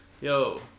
Yo